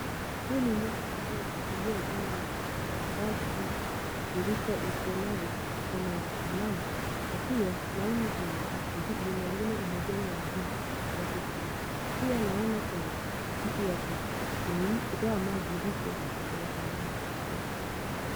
Hii ni nyumba nzuri iliyojengwa kwa bati. Dirisha iko nayo iko na mlango na pia naona kuna nyumba ingine imejengwa juu. Pia naona kuna kitu ya kutoa maji huko kutoka kwa nyumba.